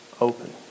open